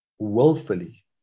willfully